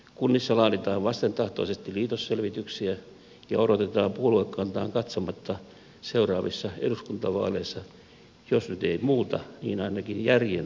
kunnissa laaditaan vastentahtoisesti liitosselvityksiä ja odotetaan puoluekantaan katsomatta seuraavissa eduskuntavaaleissa jos nyt ei muuta niin ainakin järjen vaalivoittoa